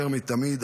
יותר מתמיד,